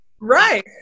Right